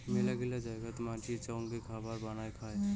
মেলাগিলা জায়গাত মানসি চঙে খাবার বানায়া খায়ং